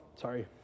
Sorry